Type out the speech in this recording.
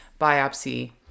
biopsy